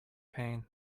pain